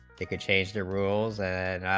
it can change the rules and